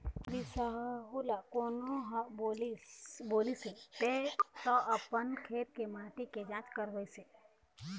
बिसाहू ल कोनो ह बोलिस हे त अपन खेत के माटी के जाँच करवइस हे